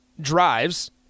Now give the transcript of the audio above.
drives